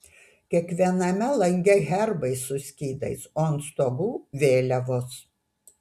kiekviename lange herbai su skydais o ant stogų vėliavos